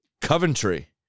Coventry